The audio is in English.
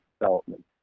development